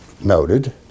noted